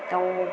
दाउ